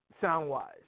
sound-wise